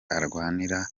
arwanira